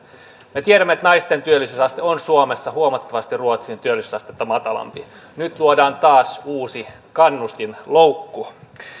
me tiedämme että naisten työllisyysaste on suomessa huomattavasti ruotsin työllisyysastetta matalampi nyt luodaan taas uusi kannustinloukku